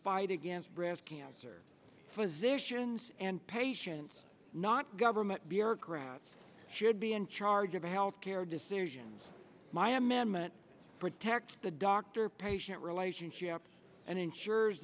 fight against breast cancer physicians and patients not government bureaucrats should be in charge of health care decisions my management protects the doctor patient relationship and ensure